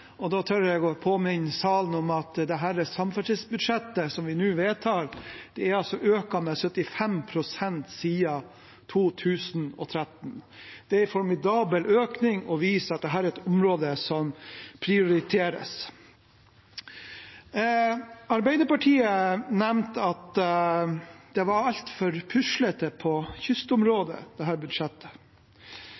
og da tør jeg å påminne salen at samferdselsbudsjettet, som vi nå skal vedta, er økt med 75 pst. siden 2013. Det er en formidabel økning og viser at dette er et område som prioriteres. Arbeiderpartiet nevnte at dette budsjettet var altfor puslete på